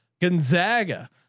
Gonzaga